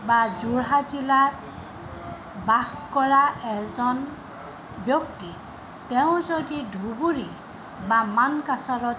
বা যোৰহাট জিলাত বাস কৰা এজন ব্যক্তি তেওঁ যদি ধুবুৰী বা মানকাচাৰত